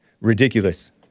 Ridiculous